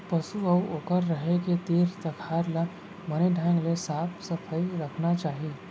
पसु अउ ओकर रहें के तीर तखार ल बने ढंग ले साफ सफई रखना चाही